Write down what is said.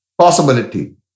possibility